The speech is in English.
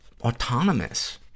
autonomous